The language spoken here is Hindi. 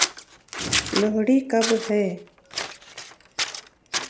लोहड़ी कब है?